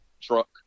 truck